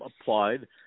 applied